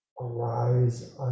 arise